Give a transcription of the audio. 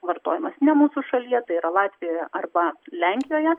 vartojimas ne mūsų šalyje tai yra latvijoje arba lenkijoje